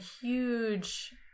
huge